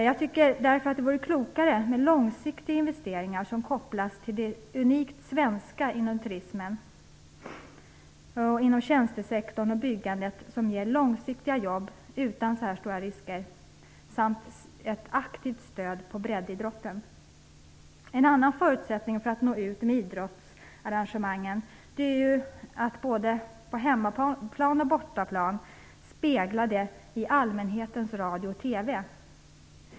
Jag tycker därför att det vore klokare med långsiktiga investeringar som kopplas till det unikt svenska inom turismen, tjänstesektorn och byggandet och som ger långsiktiga jobb utan dessa stora risker samt ett aktivt stöd till breddidrotten. En annan förutsättning för att nå ut med idrottsarrangemangen är att på både hemma och bortaplan spegla det i allmänhetens radio och TV.